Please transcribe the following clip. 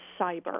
cyber